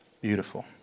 beautiful